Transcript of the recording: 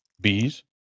Bees